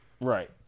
Right